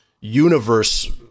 universe